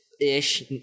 ish